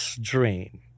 dream